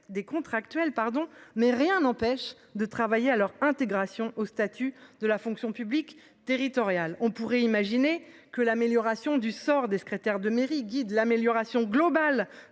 des contractuels pardon mais rien n'empêche de travailler à leur intégration au statut de la fonction publique territoriale. On pourrait imaginer que l'amélioration du sort des secrétaires de mairie guide l'amélioration globale